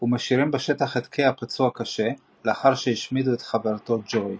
ומשאירים בשטח את קיי הפצוע קשה לאחר שהשמידו את חברתו ג'וי.